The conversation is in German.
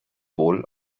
wohl